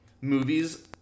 movies